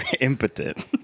impotent